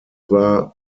war